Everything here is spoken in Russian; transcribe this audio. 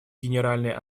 генеральной